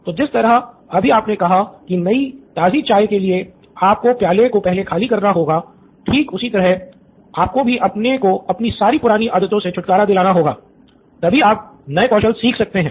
तो जिस तरह अभी आपने कहा कि नयी ताज़ी चाय के लिए आपको प्याली को पहले खाली करना होगा ठीक उसी तरह आपको भी अपने को अपनी सारी पुरानी आदतों से छुटकारा दिलाना होगा तभी आप नए कौशल सीख सकते हैं